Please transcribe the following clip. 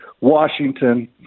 Washington